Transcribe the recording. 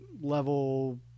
level